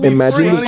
Imagine